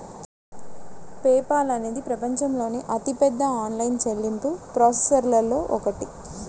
pay Paul అనేది ప్రపంచంలోని అతిపెద్ద ఆన్లైన్ చెల్లింపు ప్రాసెసర్లలో ఒకటి